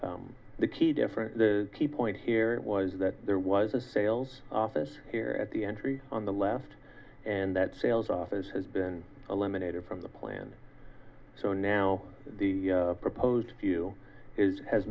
version the key difference the key point here was that there was a sales office here at the entry on the left and that sales office has been eliminated from the plan so now the proposed view is has